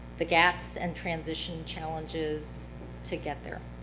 the gaps and transition challenges to get there.